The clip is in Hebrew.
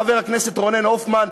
חבר הכנסת רונן הופמן,